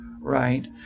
right